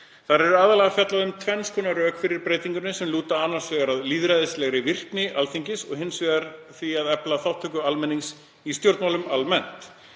Þar er aðallega fjallað um tvenns konar rök fyrir breytingunni sem lúta annars vegar að lýðræðislegri virkni Alþingis og hins vegar að því að efla þátttöku almennings í stjórnmálum almennt.